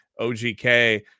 ogk